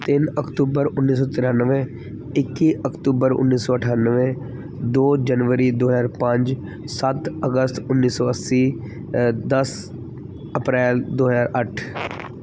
ਤਿੰਨ ਅਕਤੂਬਰ ਉੱਨੀ ਸੌ ਤਰਾਨਵੇਂ ਇੱਕੀ ਅਕਤੂਬਰ ਉੱਨੀ ਸੌ ਅਠਾਨਵੇਂ ਦੋ ਜਨਵਰੀ ਦੋ ਹਜ਼ਾਰ ਪੰਜ ਸੱਤ ਅਗਸਤ ਉੱਨੀ ਸੌ ਅੱਸੀ ਦਸ ਅਪ੍ਰੈਲ ਦੋ ਹਜ਼ਾਰ ਅੱਠ